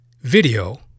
video